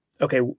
okay